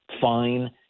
fine